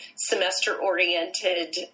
semester-oriented